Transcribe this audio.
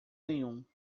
nenhum